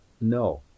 no